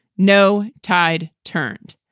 no tide turned.